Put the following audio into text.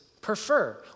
prefer